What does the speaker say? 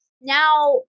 Now